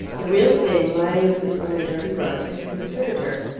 the real thing, lying asleep on a dirty rug, disconcerted her.